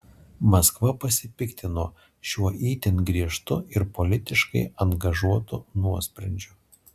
maskva pasipiktino šiuo itin griežtu ir politiškai angažuotu nuosprendžiu